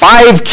Five